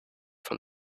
from